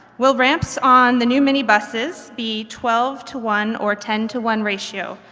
will ramps on the new mini buses be twelve to one or ten to one ratio?